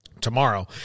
tomorrow